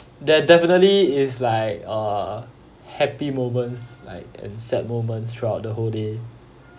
there definitely is like uh happy moments like and sad moments throughout the whole day